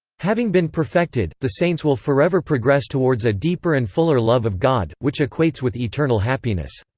having been perfected, the saints will forever progress towards a deeper and fuller love of god, which equates with eternal happiness.